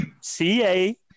CA